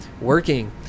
Working